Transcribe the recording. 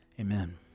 Amen